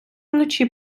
вночі